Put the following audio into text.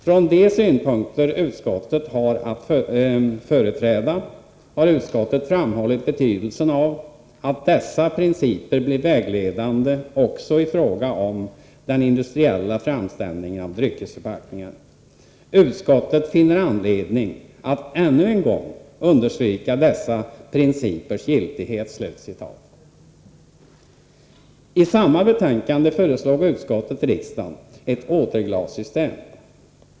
Från de synpunkter utskottet har att företräda har utskottet framhållit betydelsen av att dessa principer blir vägledande också i fråga om den industriella framställningen av dryckesförpackningar. Utskottet finner anledning att ännu en gång understryka dessa principers giltighet.” I samma betänkande föreslog utskottet riksdagen ett återglassystem.